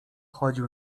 chodził